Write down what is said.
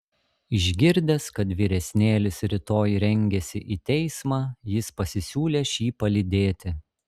išgirdęs kad vyresnėlis rytoj rengiasi į teismą jis pasisiūlė šį palydėti